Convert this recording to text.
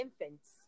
infants